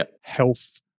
health